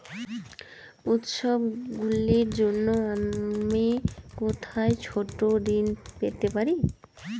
উত্সবগুলির জন্য আমি কোথায় ছোট ঋণ পেতে পারি?